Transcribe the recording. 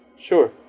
Sure